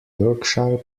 yorkshire